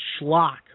schlock